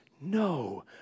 no